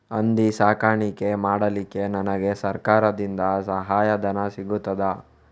ಹಂದಿ ಸಾಕಾಣಿಕೆ ಮಾಡಲಿಕ್ಕೆ ನನಗೆ ಸರಕಾರದಿಂದ ಸಹಾಯಧನ ಸಿಗುತ್ತದಾ?